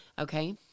Okay